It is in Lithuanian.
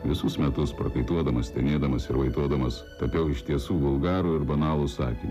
visus metus prakaituodamas stenėdamas ir vaitodamas tapiau iš tiesų vulgarų ir banalų sakinį